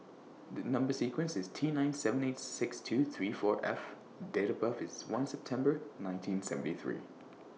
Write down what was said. The Number sequence IS T nine seven eight six two three four F and Date of birth IS one September nineteen seventy three